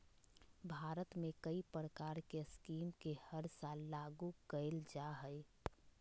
भारत में कई प्रकार के स्कीम के हर साल लागू कईल जा हइ